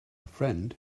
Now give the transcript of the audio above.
friend